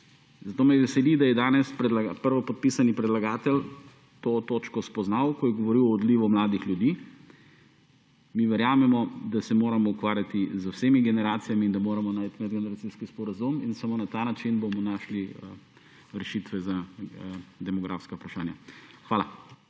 Zato me veseli, da je danes prvopodpisani predlagatelj to točko spoznal, ko je govoril o odlivu mladih ljudi. Mi verjamemo, da se moramo ukvarjati z vsemi generacijami in da moramo najti medgeneracijski sporazum in samo na ta način bomo našli rešitve za demografska vprašanja. Hvala.